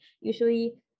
usually